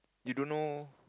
you don't know